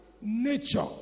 nature